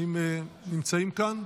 האם נמצאים כאן?